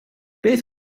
beth